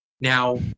Now